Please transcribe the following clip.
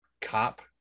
cop